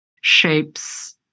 shapes